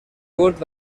برد